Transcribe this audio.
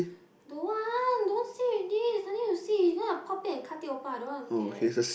don't want don't want see already nothing to see it's gonna pop it and cut it open I don't wanna look at that